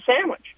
sandwich